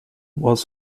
was